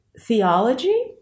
theology